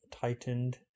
tightened